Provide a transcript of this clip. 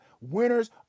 Winners